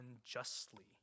unjustly